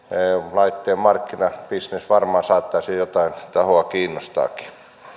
laitteen markkinabisnes varmaan saattaisi jotain tahoa kiinnostaakin